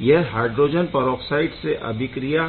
यह hydrogen peroxide से अभिक्रिया